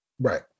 Right